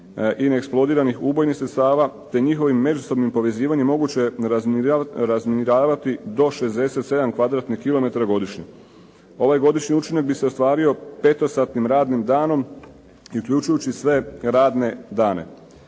i neeksplodiranih ubojnih sredstava, te njihovim međusobnim povezivanjem moguće je razminiravati do 67 kvadratnih kilometara godišnje. Ovaj godišnji učinak bi se ostvario petosatnim radnim danom i uključujući sve radne dane.